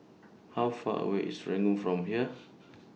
How Far away IS Serangoon from here